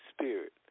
Spirit